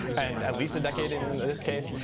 and at least a decade in this case.